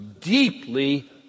deeply